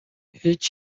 هیچ